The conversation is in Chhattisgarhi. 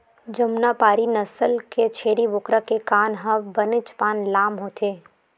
जमुनापारी नसल के छेरी बोकरा के कान ह बनेचपन लाम होथे